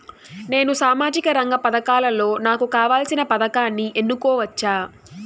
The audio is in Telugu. నేను సామాజిక రంగ పథకాలలో నాకు కావాల్సిన పథకాన్ని ఎన్నుకోవచ్చా?